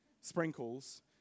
sprinkles